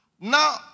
Now